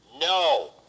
no